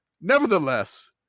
Nevertheless